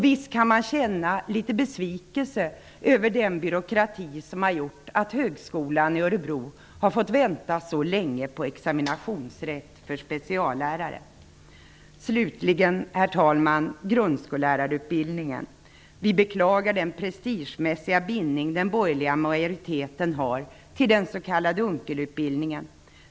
Visst kan man känna litet besvikelse över den byråkrati som har gjort att högskolan i Örebro har fått vänta så länge på examinationsrätt för speciallärare. Slutligen, herr talman, grundskollärarutbildningen. Vi beklagar den prestigemässiga bindning den borgerliga majoriteten har till den s.k. Unckelutbildningen.